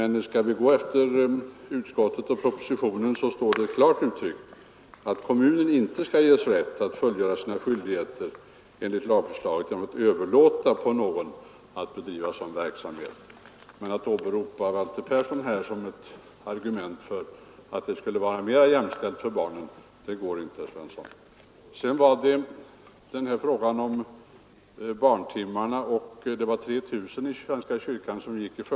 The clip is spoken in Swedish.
I propositionen och utskottsbetänkandet står det emellertid klart uttryckt att kommunen inte skall ges rätt att fullgöra sina skyldigheter enligt lagförslaget genom att överlåta på någon annan att bedriva förskoleverksamhet. Att åberopa Walter Persson som ett argument för att propositionens förslag skapar större jämställdhet för barnen går inte, herr Svensson. Sedan ett par ord i anslutning till vad som sagts om barntimmarna och de 3000 barn som går i svenska kyrkans barnskola.